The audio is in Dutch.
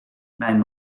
mijn